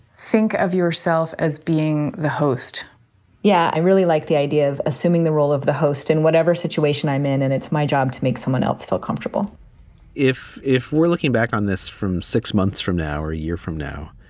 think of yourself as being the host yeah. i really like the idea of assuming the role of the host in whatever situation i'm in, and it's my job to make someone else feel comfortable if if we're looking back on this from six months from now or a year from now,